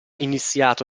iniziato